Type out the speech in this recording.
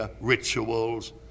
rituals